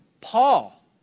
Paul